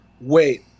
wait